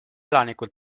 elanikud